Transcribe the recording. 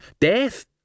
Death